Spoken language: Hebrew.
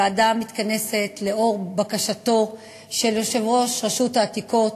הוועדה מתכנסת לאור בקשתו של יושב-ראש רשות העתיקות,